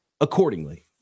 accordingly